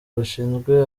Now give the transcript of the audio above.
bashinzwe